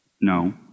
No